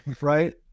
Right